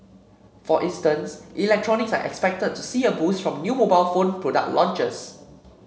for instance electronics are expected to see a boost from new mobile phone product launches